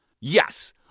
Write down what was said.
Yes